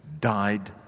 died